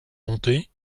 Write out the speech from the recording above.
monter